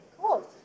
cool